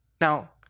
Now